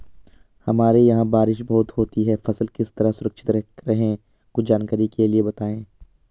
हमारे यहाँ बारिश बहुत होती है फसल किस तरह सुरक्षित रहे कुछ जानकारी के लिए बताएँ?